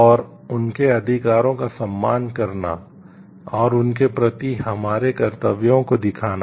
और उनके अधिकारों का सम्मान करना और उनके प्रति हमारे कर्तव्यों को दिखाना